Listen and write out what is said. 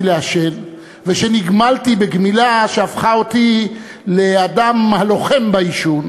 לעשן וכשנגמלתי בגמילה שהפכה אותי לאדם הלוחם בעישון,